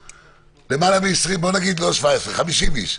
בוא נגיד לא 17 50 איש.